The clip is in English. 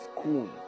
school